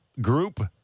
group